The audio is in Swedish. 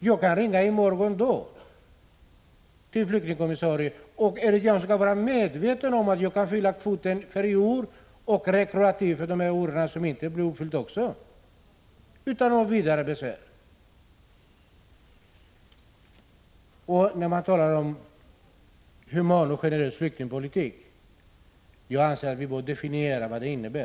Jag kan i morgon dag ringa flyktingkommissarien och utan något vidare besvär fylla kvoten för i år och även retroaktivt för de tidigare år då kvoten inte har fyllts — det kan Erik Janson vara övertygad om. Det talas här om en human och generös flyktingpolitik. Jag anser att vi bör definiera vad det innebär.